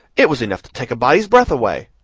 it was enough to take a body's breath away.